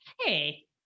Hey